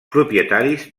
propietaris